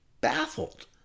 baffled